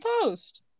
post